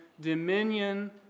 dominion